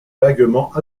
vaguement